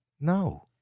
No